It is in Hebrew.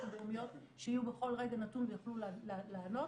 הלאומיות שיהיו בכל רגע נתון ויוכלו לענות